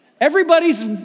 everybody's